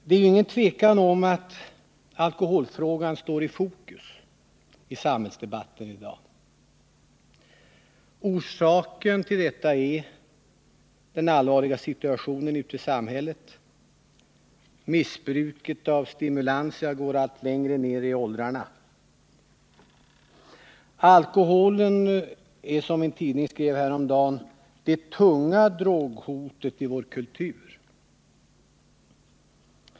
Det råder inget tvivel om att alkoholfrågan står i fokus för samhällsdebatten i dag. Orsaken till detta är den allvarliga situationen ute i samhället med ett missbruk av stimulantia som går allt längre ner i åldrarna. Alkoholen är, som en tidning skrev häromdagen, det tunga droghotet i vår kultur.